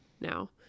now